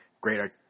great